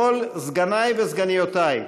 לכל סגני וסגניותי,